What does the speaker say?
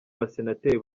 basenateri